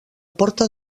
porta